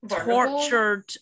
tortured